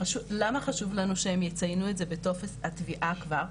למה חשוב לנו שהן יציינו את זה בתוך התביעה כבר,